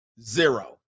Zero